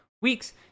weeks